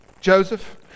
Joseph